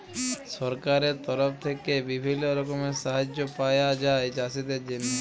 সরকারের তরফ থেক্যে বিভিল্য রকমের সাহায্য পায়া যায় চাষীদের জন্হে